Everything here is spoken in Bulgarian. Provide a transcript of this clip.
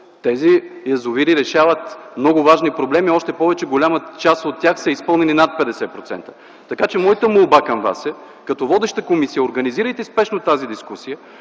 Тези язовири решават много важни проблеми, още повече голяма част от тях са изпълнени над 50%. Така че моята молба към Вас е: като водеща комисия, организирайте спешно тази дискусия,